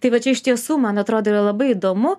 tai va čia iš tiesų man atrodo yra labai įdomu